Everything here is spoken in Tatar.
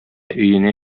өенә